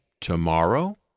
tomorrow